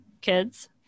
kids